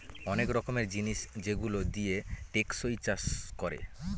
অনেক রকমের জিনিস যেগুলো দিয়ে টেকসই চাষ করে